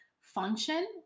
function